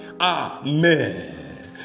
Amen